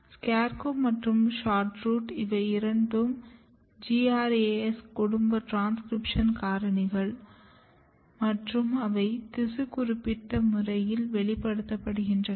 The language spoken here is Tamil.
SCARECROW மற்றும் SHORTROOT இவை இரண்டு GRAS குடும்பம் டிரான்ஸ்கிரிப்ஷன் காரணிகள் மற்றும் அவை திசு குறிப்பிட்ட முறையில் வெளிப்படுத்தப்படுகின்றன